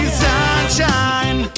sunshine